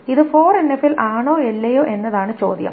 ഇത് 4NF ൽ ആണോ അല്ലയോ എന്നതാണ് ചോദ്യം